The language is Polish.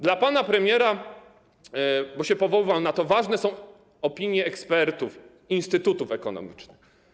Dla pana premiera, bo powoływał się na to, ważne są opinie ekspertów instytutów ekonomicznych.